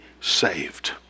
saved